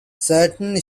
certain